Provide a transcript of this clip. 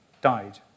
died